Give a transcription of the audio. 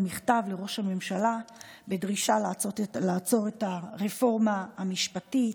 מכתב לראש הממשלה בדרישה לעצור את הרפורמה המשפטית.